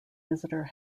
visitor